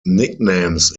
nicknames